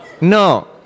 No